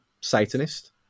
Satanist